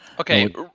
Okay